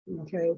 okay